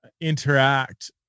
interact